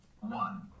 one